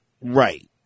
right